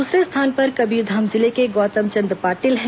दूसरे स्थान पर कबीरधाम जिले के गौतमचंद पाटिल है